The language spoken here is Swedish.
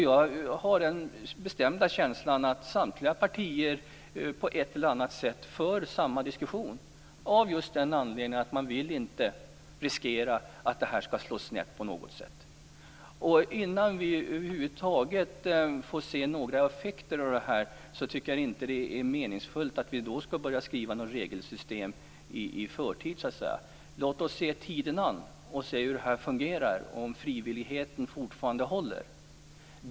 Jag har den bestämda känslan att samtliga partier på ett eller annat sätt för samma diskussion av just den anledningen att man inte vill riskera att detta skall slå snett på något sätt. Innan vi över huvud taget får se några effekter av detta, tycker jag inte att det är meningsfullt att börja skriva något regelsystem så att säga i förtid. Låt oss se tiden an för att se hur detta fungerar, om frivilligheten fortfarande håller.